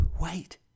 wait